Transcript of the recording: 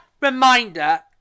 reminder